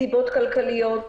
מסיבות כלכליות,